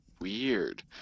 weird